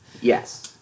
yes